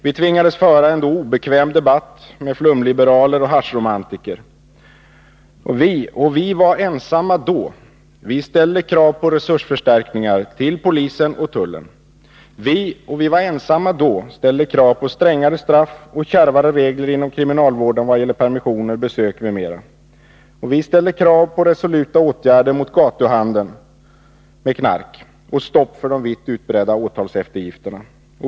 Vi tvingades föra en då obekväm debatt med flumliberaler och haschromantiker. Vi — och vi var ensamma då — ställde krav på resursförstärkningar för polisen och tullen. Vi — och vi var ensamma då — ställde krav på strängare straff och kärvare regler inom kriminalvården vad gäller permissioner, besök m.m. Vi ställde krav på resoluta åtgärder mot gatuhandeln med knark och stopp för de vitt utbredda åtalseftergifterna.